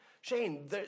Shane